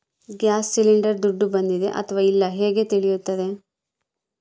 Gas cylinder ದುಡ್ಡು ಬಂದಿದೆ ಅಥವಾ ಇಲ್ಲ ಹೇಗೆ ತಿಳಿಯುತ್ತದೆ?